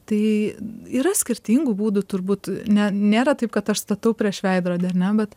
tai yra skirtingų būdų turbūt ne nėra taip kad aš statau prieš veidrodį ar ne bet